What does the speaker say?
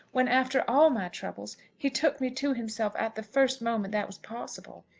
when, after all my troubles, he took me to himself at the first moment that was possible!